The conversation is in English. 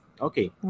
Okay